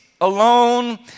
alone